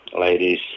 ladies